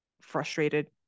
frustrated